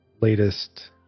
latest